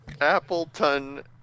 Appleton